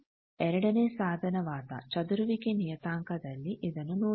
ಆದ್ದರಿಂದ ಎರಡನೇ ಸಾಧನವಾದ ಚದುರುವಿಕೆ ನಿಯತಾಂಕದಲ್ಲಿ ಇದನ್ನು ನೋಡುತ್ತೇವೆ